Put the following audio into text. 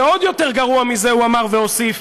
ועוד יותר גרוע מזה, הוא אמר והוסיף: